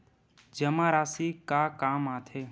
जमा राशि का काम आथे?